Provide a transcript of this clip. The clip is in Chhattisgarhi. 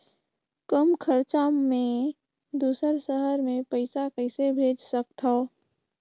कम खरचा मे दुसर शहर मे पईसा कइसे भेज सकथव?